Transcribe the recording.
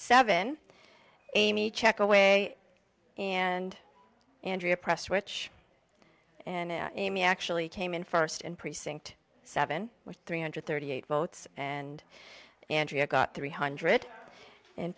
seven amy check away and andrea prestwich and amy actually came in st in precinct seven with three hundred and thirty eight votes and andrea got three hundred